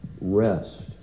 rest